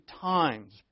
times